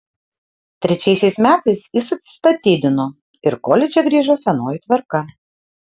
trečiaisiais metais jis atsistatydino ir koledže grįžo senoji tvarka